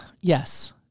Yes